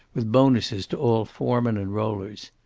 with bonuses to all foremen and rollers.